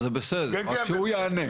זה לא בתחומכם,